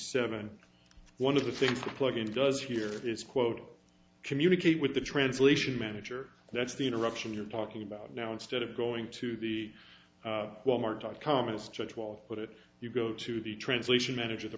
seven one of the things you plug in does here is quote communicate with the translation manager that's the interruption you're talking about now instead of going to the walmart dot com as judge will put it you go to the translation manager the